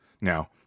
Now